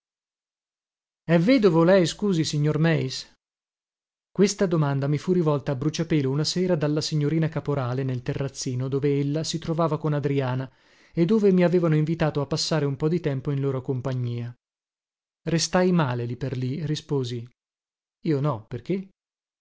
è vedovo lei scusi signor meis questa domanda mi fu rivolta a bruciapelo una sera dalla signorina caporale nel terrazzino dove ella si trovava con adriana e dove mi avevano invitato a passare un po di tempo in loro compagnia restai male lì per lì risposi io no perché